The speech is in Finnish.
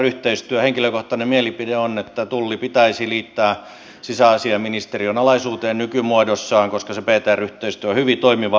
henkilökohtainen mielipide on että tulli pitäisi liittää sisäasiainministeriön alaisuuteen nykymuodossaan koska ptr yhteistyö on hyvin toimivaa